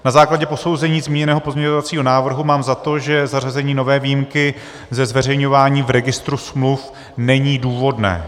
Na základě posouzení zmíněného pozměňovacího návrhu mám za to, že zařazení nové výjimky ze zveřejňování v registru smluv není důvodné.